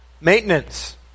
Maintenance